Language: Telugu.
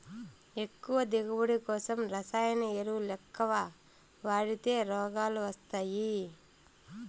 ఎక్కువ దిగువబడి కోసం రసాయన ఎరువులెక్కవ వాడితే రోగాలు వస్తయ్యి